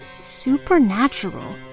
supernatural